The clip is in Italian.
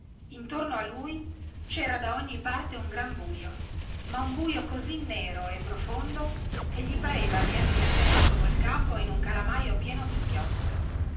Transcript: intorno a sé cera da ogni parte un gran buio ma un buio così nero e profondo che gli pareva di essere entrato col capo in un calamaio pieno dinchiostro